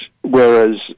whereas